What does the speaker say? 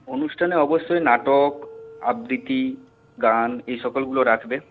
অনুষ্ঠানে অবশ্যই নাটক আবৃত্তি গান এই সকলগুলো রাখবে